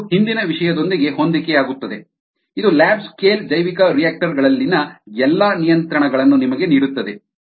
ಇದು ಹಿಂದಿನ ವಿಷಯದೊಂದಿಗೆ ಹೊಂದಿಕೆ ಆಗುತ್ತದೆ ಇದು ಲ್ಯಾಬ್ ಸ್ಕೇಲ್ ಜೈವಿಕರಿಯಾಕ್ಟರ್ ಗಳಲ್ಲಿನ ಎಲ್ಲಾ ನಿಯಂತ್ರಣಗಳನ್ನು ನಿಮಗೆ ನೀಡುತ್ತದೆ